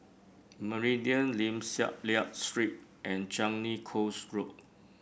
Meridian Lim Liak Street and Changi Coast Road